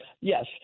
Yes